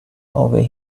over